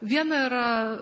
viena yra